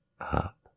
Up